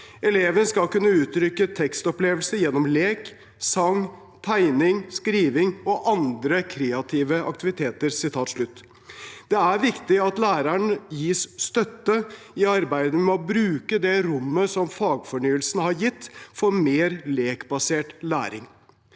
eleven skal kunne «uttrykke tekstopplevelser gjennom lek, sang, tegning, skriving og andre kreative aktiviteter». Det er viktig at læreren gis støtte i arbeidet med å bruke det rommet som fagfornyelsen har gitt for mer lekbasert læring.